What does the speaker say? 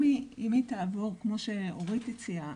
אם היא תעבוד כמו שאורית הציעה,